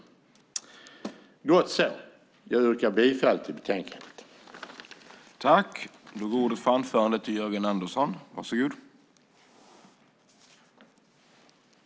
Jag yrkar bifall till förslaget i betänkandet.